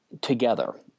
together